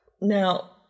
Now